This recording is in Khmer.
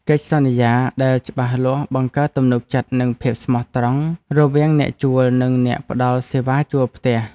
កិច្ចសន្យាដែលច្បាស់លាស់បង្កើតទំនុកចិត្តនិងភាពស្មោះត្រង់រវាងអ្នកជួលនិងអ្នកផ្តល់សេវាជួលផ្ទះ។